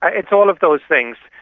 ah it's all of those things.